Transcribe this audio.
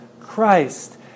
Christ